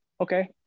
okay